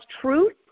truth